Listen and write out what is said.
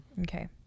Okay